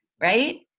right